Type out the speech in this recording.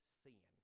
sin